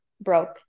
broke